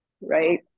right